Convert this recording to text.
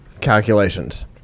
calculations